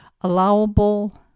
allowable